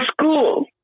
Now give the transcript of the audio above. school